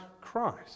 Christ